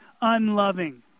unloving